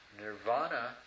Nirvana